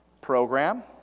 program